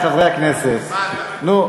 לעניין, חבר הכנסת זאב.